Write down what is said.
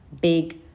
big